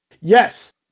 Yes